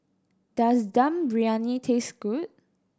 does Dum Briyani taste good